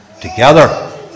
together